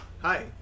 Hi